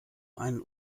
einen